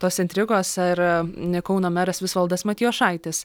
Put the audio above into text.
tos intrigos ar kauno meras visvaldas matijošaitis